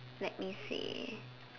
let me see